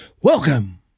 Welcome